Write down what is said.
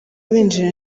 binjira